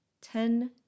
ten